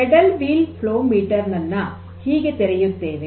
paddle wheel flow meter ನನ್ನ ಹೀಗೆ ತೆರೆಯುತ್ತೇವೆ